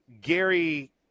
Gary